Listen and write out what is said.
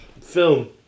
Film